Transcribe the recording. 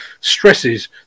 stresses